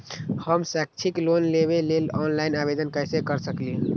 हम शैक्षिक लोन लेबे लेल ऑनलाइन आवेदन कैसे कर सकली ह?